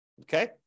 Okay